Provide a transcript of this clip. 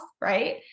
right